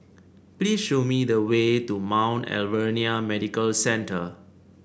please show me the way to Mount Alvernia Medical Centre